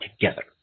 together